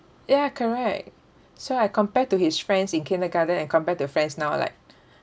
ya correct so I compare to his friends in kindergarten and compare to the friends now like